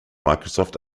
microsoft